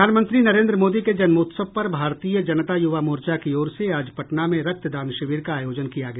प्रधानमंत्री नरेन्द्र मोदी के जन्मोत्सव पर भारतीय जनता युवा मोर्चा की ओर से आज पटना में रक्तदान शिविर का आयोजन किया गया